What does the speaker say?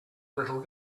little